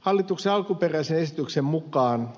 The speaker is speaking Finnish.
hallituksen alkuperäisen esityksen mukaan